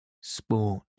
Sport